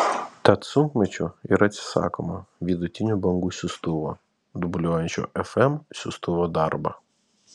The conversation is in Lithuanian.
tad sunkmečiu ir atsisakoma vidutinių bangų siųstuvo dubliuojančio fm siųstuvo darbą